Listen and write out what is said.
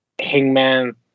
Hangman